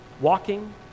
walking